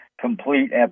complete